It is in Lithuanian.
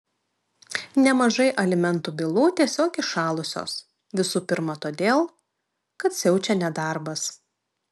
nemažai alimentų bylų tiesiog įšalusios visų pirma todėl kad siaučia nedarbas